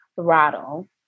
throttle